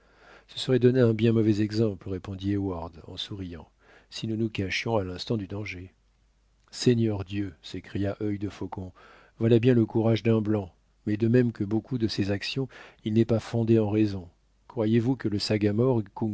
ce serait donner un bien mauvais exemple répondit heyward en souriant si nous nous cachions à l'instant du danger seigneur dieu s'écria œil de faucon voila bien le courage d'un blanc mais de même que beaucoup de ses actions il n'est pas fondé en raison croyez-vous que le sagamore